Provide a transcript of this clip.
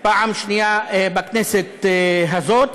פעם שנייה בכנסת הזאת.